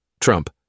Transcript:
Trump